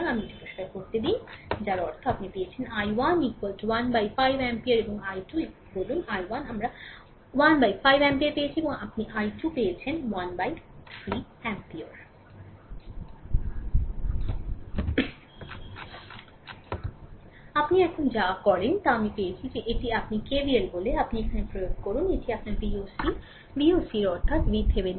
সুতরাং আমি এটি পরিষ্কার করতে দিন যার অর্থ আপনি পেয়েছেন i1 15 অ্যাম্পিয়ার এবং i2 বলুন i1 আমরা 15 অ্যাম্পিয়ার পেয়েছি এবং i2 আপনি পেয়েছেন 13 অ্যাম্পিয়ার আপনি এখন যা করেন তা আমরা পেয়েছি এটি এখানে আপনি KVL বলে আপনার এখানে প্রয়োগ করুন এটি আপনার Voc Voc এর অর্থ VThevenin